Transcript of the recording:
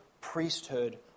priesthood